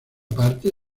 parte